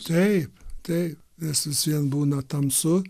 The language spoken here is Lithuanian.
taip taip nes vis vien būna tamsu